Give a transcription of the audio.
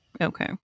Okay